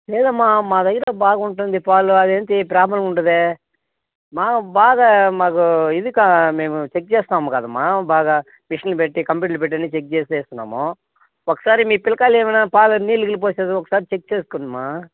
లేదమ్మా మా దగ్గర బాగుంటుంది పాలు అదేంటి ప్రాబ్లం ఉండదే మా బాగా మాకు ఇదిగా మేము చెక్ చేస్తాం కదా మా బాగా మిషన్లు పెట్టి కంప్యూటర్లు పెట్టి చెక్ చేసి వేస్తున్నాము ఒకసారి మీ పిల్లకాయలు ఏమైనా పాలల్లో నీళ్లు గీళ్లు పోసారేమో ఒకసారి చెక్ చేసుకోండి అమ్మా